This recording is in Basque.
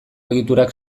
egiturak